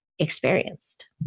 experienced